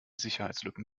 sicherheitslücken